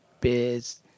beers